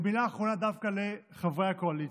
מילה אחרונה דווקא לחברי הקואליציה.